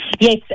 Yes